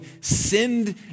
sinned